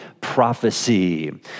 prophecy